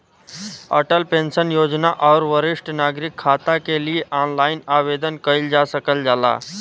Atal pension Yojana आउर वरिष्ठ नागरिक खाता के लिए ऑनलाइन आवेदन कइल जा सकल जाला